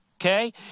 okay